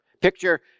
Picture